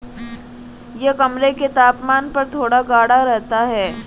यह कमरे के तापमान पर थोड़ा गाढ़ा रहता है